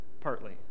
partly